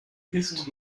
ist